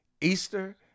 Easter